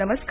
नमस्कार